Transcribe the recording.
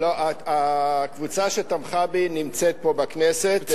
לא, הקבוצה שתמכה בי נמצאת פה בכנסת.